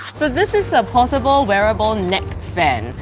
so this is a portable wearable neck fan.